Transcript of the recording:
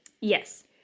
Yes